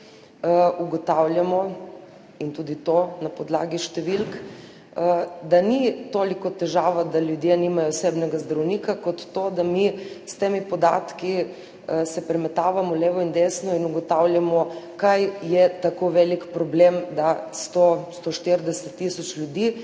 ugotavljamo, in tudi to na podlagi številk, da ni toliko težava, da ljudje nimajo osebnega zdravnika, kot to, da se mi s temi podatki premetavamo levo in desno in ugotavljamo, kaj je tako velik problem, da 140 tisoč ljudi